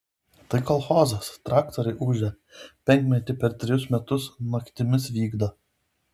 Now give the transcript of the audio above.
tai kolchozas traktoriai ūžia penkmetį per trejus metus naktimis vykdo